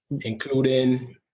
including